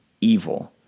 evil